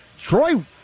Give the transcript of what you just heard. Troy